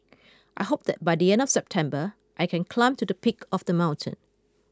I hope that by the end of September I can climb to the peak of the mountain